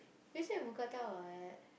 you say mookata [what]